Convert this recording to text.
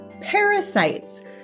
parasites